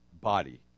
body